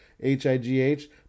H-I-G-H